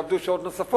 שעבדו שעות נוספות.